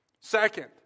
Second